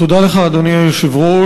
תודה לך, אדוני היושב-ראש.